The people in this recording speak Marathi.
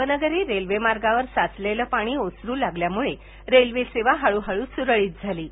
उपनगरी रेल्वे मार्गावर साचलेलं पाणी ओसरू लागल्यामुळे रेल्वे सेवा हळू हळू सुरळीत झाली